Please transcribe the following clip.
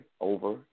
over